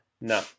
no